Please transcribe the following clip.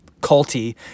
culty